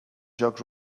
jocs